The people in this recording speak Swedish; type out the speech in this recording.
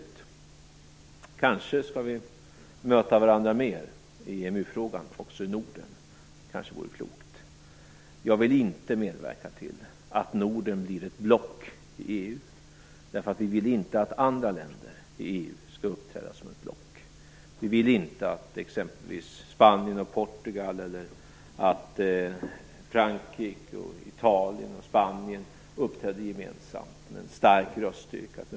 Det vore kanske klokt att möta varandra mer i EMU-frågan också i Norden, men jag vill inte medverka till att Norden blir ett block i EU. Vi vill inte att andra länder i EU skall uppträda som ett block. Vi vill inte att exempelvis Spanien och Portugal eller Frankrike, Italien och Spanien uppträder gemensamt med en stark röststyrka.